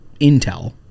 intel